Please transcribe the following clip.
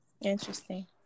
Interesting